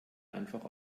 einfach